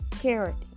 charity